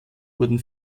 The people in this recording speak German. wurden